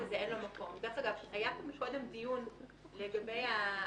אני מתכבד לפתוח את ועדת הכנסת בבקשת יו"ר ועדת